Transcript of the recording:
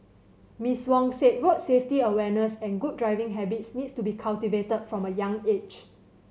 Miss Wong said road safety awareness and good driving habits need to be cultivated from a young age